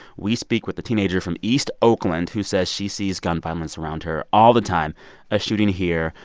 we speak with a teenager from east oakland who says she sees gun violence around her all the time a shooting here,